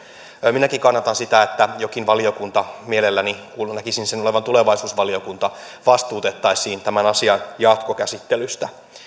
minäkin kannatan sitä että jokin valiokunta mielelläni näkisin sen olevan tulevaisuusvaliokunta vastuutettaisiin tämän asian jatkokäsittelyyn